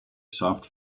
soft